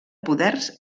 poders